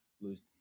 lose